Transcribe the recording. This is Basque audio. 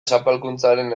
zapalkuntzaren